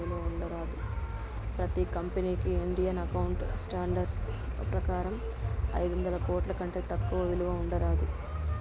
ప్రతి కంపెనీకి Indian accounting standards ప్రకారం ఐదొందల కోట్ల కంటే తక్కువ విలువ ఉండరాదు